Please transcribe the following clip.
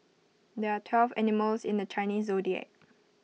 there are twelve animals in the Chinese Zodiac